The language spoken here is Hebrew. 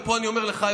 ופה אני אומר לך,